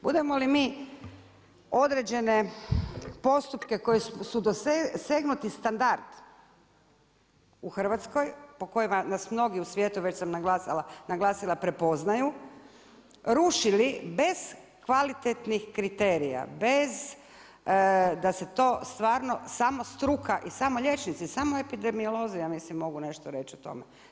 Budemo li mi određene postupke koji su dosegnuti standard u Hrvatskoj po kojima nas mnogi u svijetu već sam naglasila prepoznaju rušili bez kvalitetnih kriterija, bez da se to stvarno samo struka i samo liječnici, samo epidemiolozi ja mislim mogu nešto reći o tome.